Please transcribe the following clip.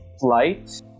flight